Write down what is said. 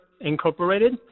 Incorporated